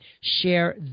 share